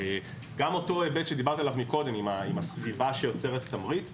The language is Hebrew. גם אותו היבט שדיברתי עליו קודם עם הסביבה שיוצרת תמריץ,